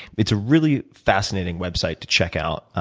it's a really fascinating website to check out.